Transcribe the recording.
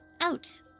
out